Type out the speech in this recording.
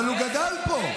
אבל הוא גדל פה.